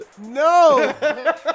No